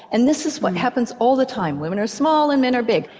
and this is what happens all the time, women are small and men are big.